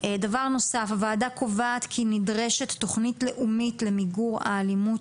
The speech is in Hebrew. הוועדה קובעת כי נדרשת תוכנית לאומית למיגור האלימות